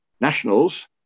nationals